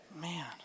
Man